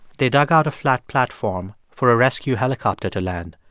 they dug out a flat platform for a rescue helicopter to land.